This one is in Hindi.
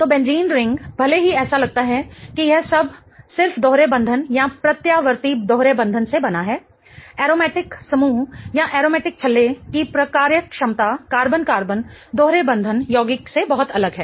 तो बेंजीन रिंग भले ही ऐसा लगता है कि यह सब सिर्फ दोहरे बंधन या प्रत्यावर्ती दोहरे बंधन से बना है एरोमेटिक समूह या एरोमेटिक छल्ले की प्रकार्यक्षमता कार्बन कार्बन दोहरे बंधन यौगिक से बहुत अलग है